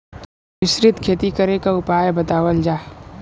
मिश्रित खेती करे क उपाय बतावल जा?